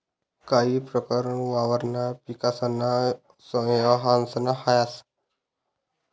काही प्रकरण वावरणा पिकासाना सहवांसमा राहस